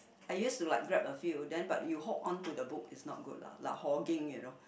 I used to like grab a few but you hold on to the book is not good lah like hogging you know